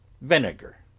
vinegar